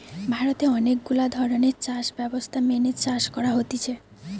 ভারতে অনেক গুলা ধরণের চাষ ব্যবস্থা মেনে চাষ করা হতিছে